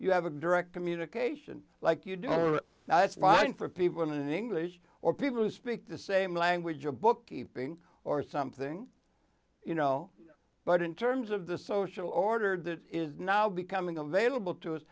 you have a direct communication like you do that's fine for people in english or people who speak the same language or bookkeeping or something you know but in terms of the social order that is now becoming available to us